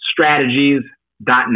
strategies.net